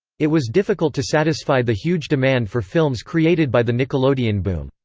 it was difficult to satisfy the huge demand for films created by the nickelodeon boom.